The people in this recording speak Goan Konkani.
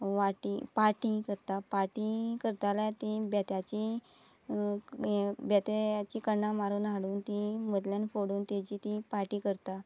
वाटी पाटीं करता पाटीं करता जाल्यार तीं बेत्याचीं हे बेत्याचीं कण्णां मारून हाडून तीं मदल्यान फोडून ताजी ती पाटी करता